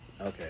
Okay